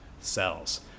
cells